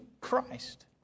Christ